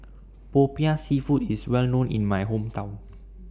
Popiah Seafood IS Well known in My Hometown